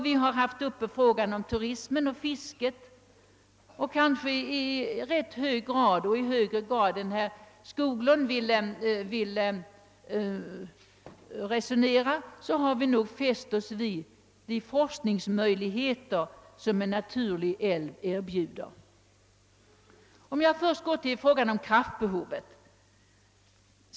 Vi har också haft frågan om turismen och fisket uppe till diskussion. Kanske i högre grad än herr Skoglund tycks göra har vi även fäst oss vid de forsk ningsmöjligheter som en naturlig älv erbjuder. 2 Jag tar först upp frågan om själva kraftbehovet.